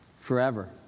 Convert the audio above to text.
forever